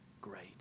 great